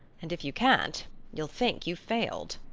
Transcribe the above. and if you can't you'll think you've failed.